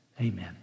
Amen